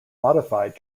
modified